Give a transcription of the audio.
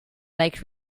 like